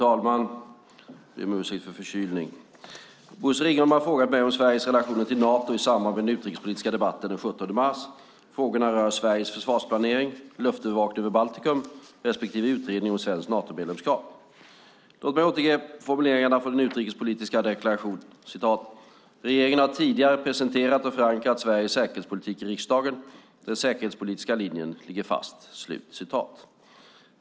Fru talman! Bosse Ringholm har frågat mig om Sveriges relationer till Nato i samband med den utrikespolitiska debatten den 17 februari. Frågorna rör Sveriges försvarsplanering, luftövervakning över Baltikum respektive utredning av svenskt Natomedlemskap. Låt mig återge formuleringarna från den utrikespolitiska deklarationen. "Regeringen har tidigare presenterat och förankrat Sveriges säkerhetspolitik i riksdagen. Den säkerhetspolitiska linjen ligger fast."